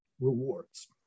rewards